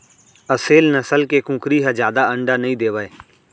असेल नसल के कुकरी ह जादा अंडा नइ देवय